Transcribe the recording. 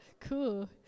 Cool